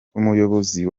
umuyobozi